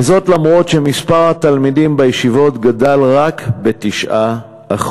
וזאת אף שמספר התלמידים בישיבות גדל רק ב-9%.